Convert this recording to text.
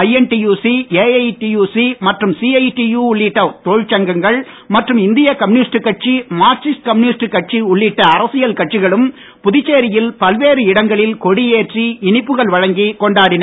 INTUC AITUC மற்றும் CITU உள்ளிட்ட தொழிற்சங்கங்கள் மற்றும் இந்திய கம்யூனிஸ்ட் கட்சி மார்க்சிஸ்ட் கம்யூனிஸ்ட் கட்சி உள்ளிட்ட அரசியல் கட்சிகளும் புதுச்சேரியில் பல்வேறு இடங்களில் கொடியேற்றி இனிப்புகள் வழங்கி கொண்டாடினர்